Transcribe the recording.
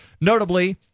Notably